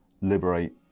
liberate